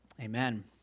Amen